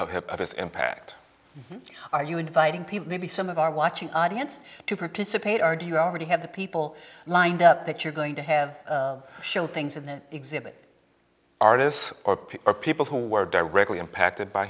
of its impact i you inviting people maybe some of our watching audience to participate or do you already have the people lined up that you're going to have shown things in the exhibit artists or are people who were directly impacted by